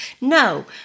No